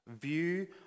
view